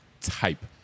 type